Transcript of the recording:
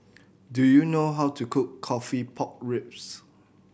do you know how to cook coffee pork ribs